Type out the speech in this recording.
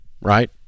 right